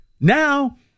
Now